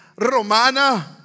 romana